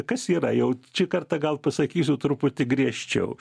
kas yra jau šį kartą gal pasakysiu truputį griežčiau